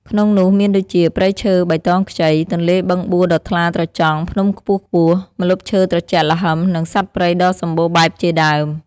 ក្នុងនោះមានដូចជាព្រៃឈើបៃតងខ្ចី ទន្លេបឹងបួដ៏ថ្លាត្រចង់ ភ្នំខ្ពស់ៗ ម្លប់ឈើត្រជាក់ល្ហឹម និងសត្វព្រៃដ៏សម្បូរបែបជាដើម។